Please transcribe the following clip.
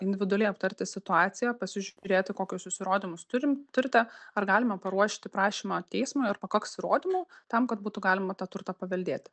individualiai aptarti situaciją pasižiūrėti kokius jūs įrodymus turim turite ar galima paruošti prašymą teismui ar pakaks įrodymų tam kad būtų galima tą turtą paveldėti